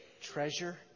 treasure